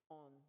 on